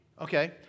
Okay